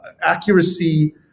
accuracy